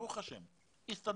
ברוך השם הסתדרנו.